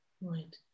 Right